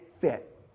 fit